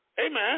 Amen